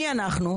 מי אנחנו?